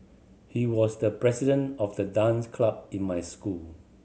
he was the president of the dance club in my school